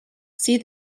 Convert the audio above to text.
see